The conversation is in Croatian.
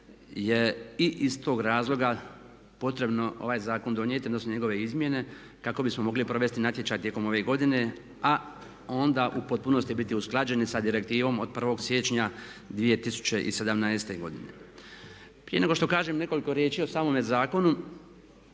je i iz tog razloga potrebno ovaj zakon donijeti odnosno njegove izmjene kako bismo mogli provesti natječaj tijekom ove godine, a onda u potpunosti biti usklađeni sa Direktivom od 1. siječnja 2017. godine. Prije nego što kažem nekoliko riječi o samome zakonu